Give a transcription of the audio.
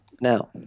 now